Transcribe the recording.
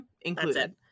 included